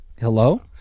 Hello